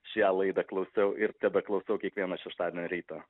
šią laidą klausiau ir tebeklausau kiekvieną šeštadienio rytą